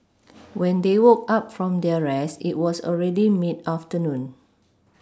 when they woke up from their rest it was already mid afternoon